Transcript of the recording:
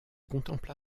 contempla